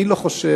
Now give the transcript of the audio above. אני לא חושב